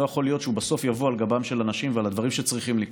לא יכול להיות שהוא בסוף יבוא על גבם של אנשים ודברים שצריכים לקרות.